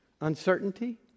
Uncertainty